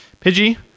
pidgey